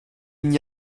n’y